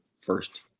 first